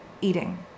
eating